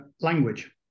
language